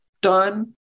done